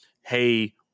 Hey